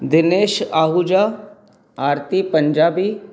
Dinesh Ahuja Aarti Punjabi